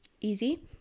Easy